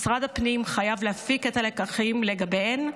משרד הפנים חייב להפיק את הלקחים לגביהן,